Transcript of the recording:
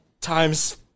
Times